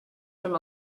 from